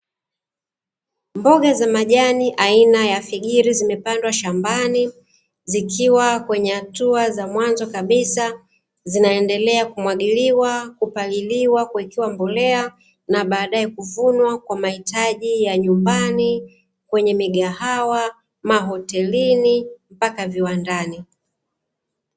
Mboga za majani aina ya figiri zimepandwa shambani, zikiwa kwenye hatua za mwanzo kabisa, zinaendelea kumwagiliwa, kupaliliwa, kuwekewa mbolea na baadae kuvunwa kwa mahitaji ya nyumbani, kwenye migahawa, mahotelini mpaka viwandani.